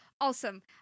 awesome